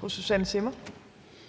Kl. 13:50 Tredje